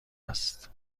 است